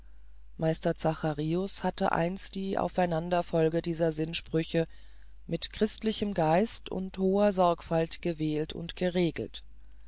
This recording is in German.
meister zacharius hatte einst die aufeinanderfolge dieser sinnsprüche mit christlichem geist und hoher sorgfalt gewählt und geregelt